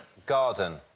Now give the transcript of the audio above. garden.